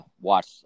Watch